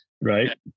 right